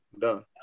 done